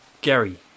Gary